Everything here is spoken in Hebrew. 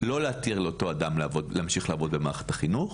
לא להתיר לאותו אדם להמשיך לעבוד במערכת החינוך.